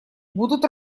будут